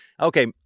Okay